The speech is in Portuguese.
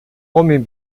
homem